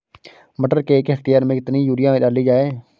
मटर के एक हेक्टेयर में कितनी यूरिया डाली जाए?